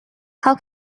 how